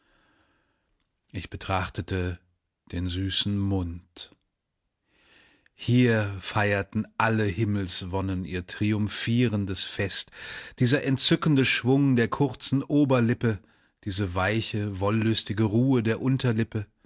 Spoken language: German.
ich betrachtete den süßen mund hier feierten alle himmelswonnen ihr triumphierendes fest dieser entzückende schwung der kurzen oberlippe diese weiche wollüstige ruhe der unterlippe